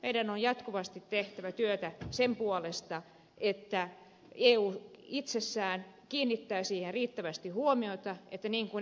meidän on jatkuvasti tehtävä työtä sen puolesta että eu itsessään kiinnittää siihen riittävästi huomiota niin kuin ed